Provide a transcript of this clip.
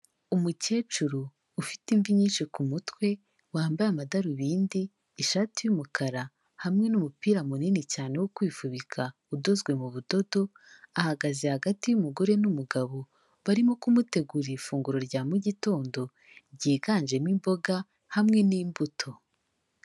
Umukecuru ufite imvi nyinshi ku mutwe wambaye amadarubindi, ishati y'umukara hamwe n'umupira munini cyane wo kwifubika udozwe mu budodo, ahagaze hagati y'umugore n'umugabo, barimo kumutegurira ifunguro rya mu gitondo ryiganjemo imboga hamwe n'imbuto.